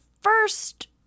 first